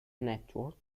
network